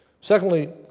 Secondly